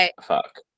fuck